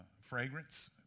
fragrance